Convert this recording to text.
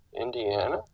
Indiana